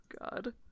God